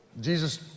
Jesus